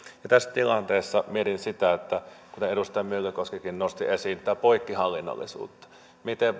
tässä tilanteessa mietin kuten edustaja myllykoskikin nosti esiin tätä poikkihallinnollisuutta miten